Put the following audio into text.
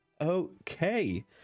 okay